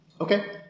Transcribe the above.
Okay